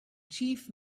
chief